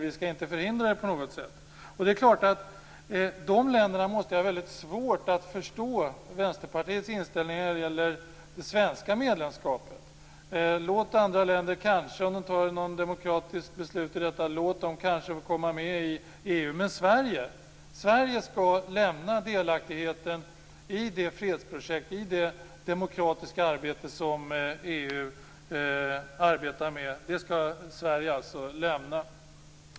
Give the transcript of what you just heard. Vi skall inte på något sätt förhindra det. De länderna måste ha svårt att förstå Vänsterpartiets inställning till det svenska medlemskapet. Vänsterpartiet menar att man kanske skall låta andra länder få komma med i EU, om de fattar ett demokratiskt beslut om det. Men Sverige skall lämna delaktigheten i det fredsprojekt som EU är och det demokratiska arbete som bedrivs där. Fru talman!